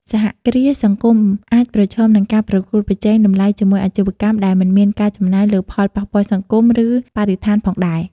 សហគ្រាសសង្គមអាចប្រឈមនឹងការប្រកួតប្រជែងតម្លៃជាមួយអាជីវកម្មដែលមិនមានការចំណាយលើផលប៉ះពាល់សង្គម ឬបរិស្ថានផងដែរ ។